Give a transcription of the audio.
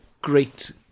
great